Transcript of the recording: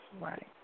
Right